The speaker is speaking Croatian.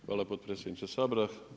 Hvala potpredsjedniče Sabora.